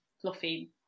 fluffy